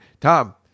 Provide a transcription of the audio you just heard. Tom